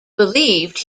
believed